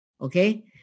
okay